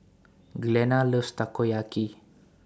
Glenna loves Takoyaki